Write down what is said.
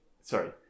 Sorry